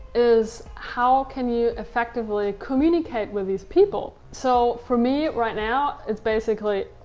is how can you effectively communicate with these people? so for me, right now, it's basically,